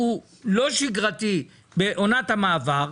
שהוא לא שגרתי בעונת המעבר,